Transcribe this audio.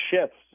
shifts